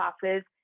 classes